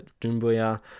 Dumbuya